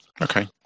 Okay